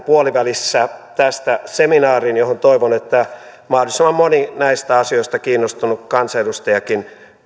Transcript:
puolivälissä tästä seminaarin johon toivon että mahdollisimman moni näistä asioista kiinnostunut kansanedustajakin